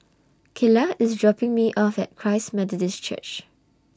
Kylah IS dropping Me off At Christ Methodist Church